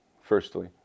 firstly